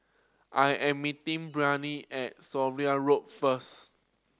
I am meeting Brien at Sommerville Road first